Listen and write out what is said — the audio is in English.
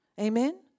Amen